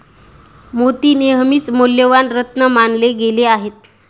मोती नेहमीच मौल्यवान रत्न मानले गेले आहेत